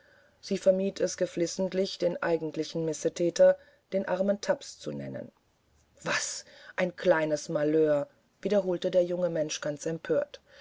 sie vermied es geflissentlich den eigentlichen missethäter den armen tapps zu nennen was ein kleines malheur wiederholte der junge mensch ganz empört